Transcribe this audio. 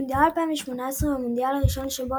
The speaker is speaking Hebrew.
מונדיאל 2018 הוא המונדיאל הראשון שבו